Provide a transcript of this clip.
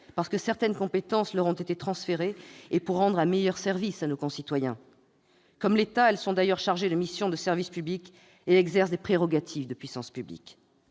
parce que certaines compétences leur ont été transférées et pour rendre un meilleur service à nos concitoyens. Comme l'État, elles sont d'ailleurs chargées de missions de service public et exercent des prérogatives de puissance publique.